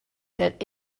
that